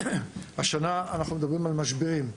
השנה אנחנו מדברים על משברים.